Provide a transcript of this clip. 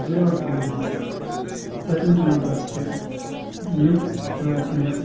وِراٹھ کوہلی سَچِن ٹٮ۪نڈوٗلکَر چھِ یِم کھِلٲڑۍ چھِ مےٚ